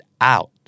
out